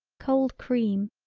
cold cream,